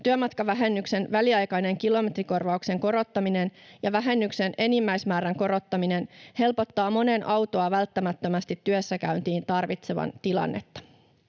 Työmatkavähennyksen väliaikainen kilometrikorvauksen korottaminen ja vähennyksen enimmäismäärän korottaminen helpottavat monen autoa välttämättömästi työssäkäyntiin tarvitsevan tilannetta.